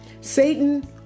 Satan